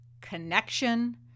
connection